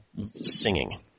singing